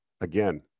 Again